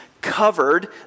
covered